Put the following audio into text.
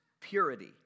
purity